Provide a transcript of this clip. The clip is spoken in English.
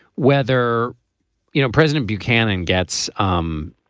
whether you know president buchanan gets um